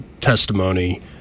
testimony